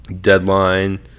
deadline